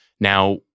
Now